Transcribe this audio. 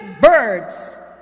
birds